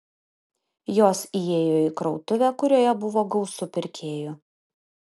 jos įėjo į krautuvę kurioje buvo gausu pirkėjų